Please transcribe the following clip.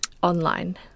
Online